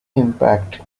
impact